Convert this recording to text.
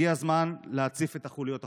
הגיע הזמן להציף את החוליות החלשות.